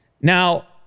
Now